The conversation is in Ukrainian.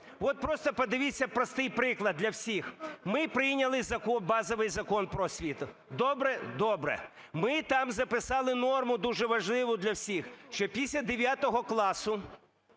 От просто подивіться приклад для всіх. Ми прийняли базовий Закон "Про освіту". Добре? Добре. Ми там записали норму дуже важливу для всіх, що після 9 класу